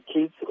Kids